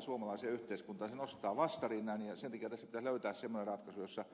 se nostaa vastarinnan ja sen takia tässä pitäisi löytää semmoinen ratkaisu jossa